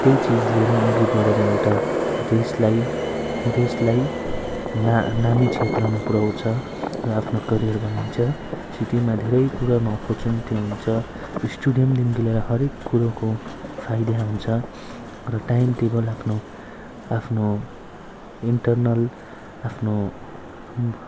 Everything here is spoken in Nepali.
त्यही चिजले नै अघि बढेर एउटा देशलाई देशलाई ना नामी क्षेत्रमा पुर्याउँछ र आफ्नो करियर बनिन्छ सिटीमा धेरै कुरोमा अपर्चुनिटी हुन्छ स्टुडियमदेखिको लिएर हरेक कुरोको फाइदा हुन्छ र टाइम टेबल आफ्नो आफ्नो इन्टर्नल आफ्नो अब